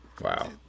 Wow